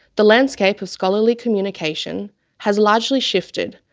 the landscape of scholarly communication has largely shifted,